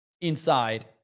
inside